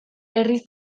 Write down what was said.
herriz